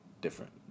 different